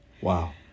Wow